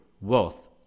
wealth